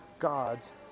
God's